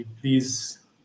Please